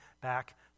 back